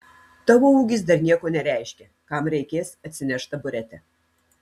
tavo ūgis dar nieko nereiškia kam reikės atsineš taburetę